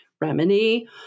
remedy